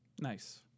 Nice